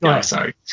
Sorry